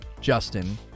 Justin